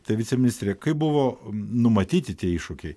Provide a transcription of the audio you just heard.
tai viceministre kaip buvo numatyti tie iššūkiai